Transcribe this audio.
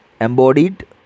embodied